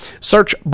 Search